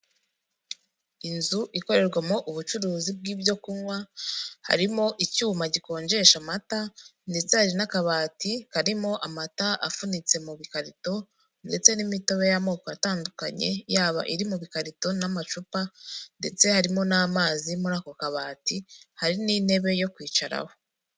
Inzu ikorerwamo ubucuruzi bw'ibyokunywa, harimo icyuma gikonjesha amata ndetse hari n'akabati karimo amata afunitse mu bikarito ndetse n'imitobe y'amoko atandukanye; yaba ari mu bikarito n'amacupa ndetse harimo n'amazi muri ako kabati hari n'intebe yo kwicararaho.